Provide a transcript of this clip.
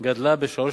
גדלה ב-3.9%,